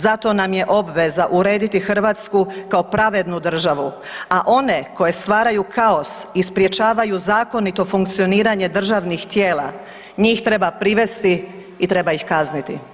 Zato nam je obveza urediti Hrvatsku kao pravednu državu, a one koji stvaraju kaos i sprječavaju zakonito funkcioniranje državnih tijela, njih treba privesti i treba ih kazniti.